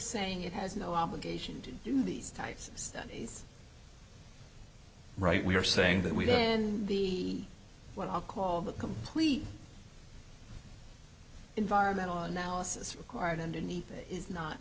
saying it has no obligation to do these types of studies right we are saying that we then the what i'll call the complete environmental analysis required underneath it is not